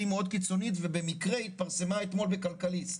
מאוד קיצונית ובמקרה התפרסמה אתמול בכלכליסט.